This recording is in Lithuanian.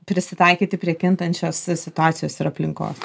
prisitaikyti prie kintančios situacijos ir aplinkos